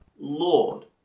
Lord